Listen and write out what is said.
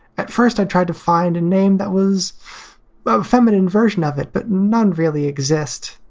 at first i tried to find a name that was ah a feminine version of it, but none really exist.